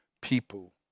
people